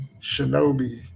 Shinobi